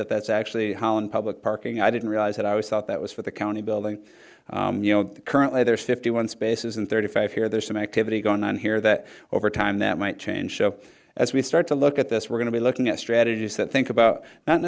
that that's actually holland public parking i didn't realize that i was thought that was for the county building you know currently there's fifty one spaces and thirty five here there's some activity going on here that over time that might change show as we start to look at this we're going to be looking at strategies that think about not